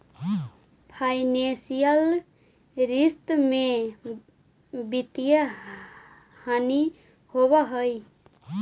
financial रिश्त में वित्तीय हानि होवऽ हई